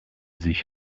sich